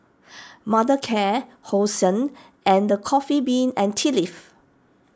Mothercare Hosen and the Coffee Bean and Tea Leaf